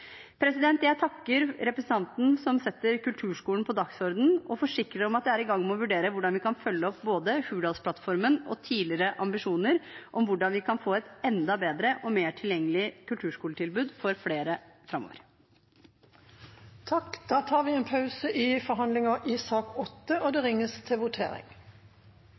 Jeg takker representanten som setter kulturskolen på dagsordenen, og forsikrer om at jeg er i gang med å vurdere hvordan vi kan følge opp både Hurdalsplattformen og tidligere ambisjoner om hvordan vi kan få et enda bedre og mer tilgjengelig kulturskoletilbud for flere framover. Da tar vi en pause i forhandlingene i sak nr. 8, og det ringes til votering.